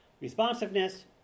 responsiveness